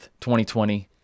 2020